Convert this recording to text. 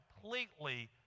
completely